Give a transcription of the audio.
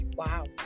Wow